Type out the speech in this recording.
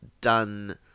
done